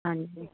ਹਾਂਜੀ